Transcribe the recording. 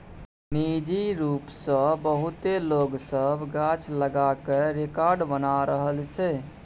निजी रूप सँ बहुते लोक सब गाछ लगा कय रेकार्ड बना रहल छै